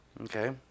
Okay